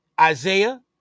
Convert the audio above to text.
Isaiah